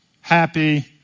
happy